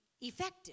effective